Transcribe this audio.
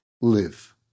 live